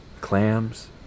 clams